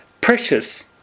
precious